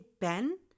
ben